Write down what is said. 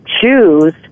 choose